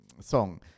song